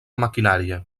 maquinària